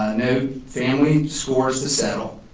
ah family scores to settle,